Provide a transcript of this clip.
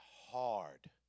hard